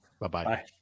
Bye-bye